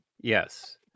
Yes